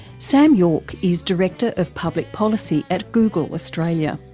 sam yorke is director of public policy at google, australia.